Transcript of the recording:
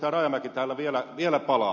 rajamäki täällä vielä palaa